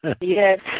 Yes